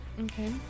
Okay